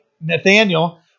Nathaniel